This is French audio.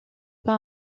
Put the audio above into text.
pas